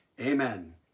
Amen